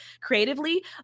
creatively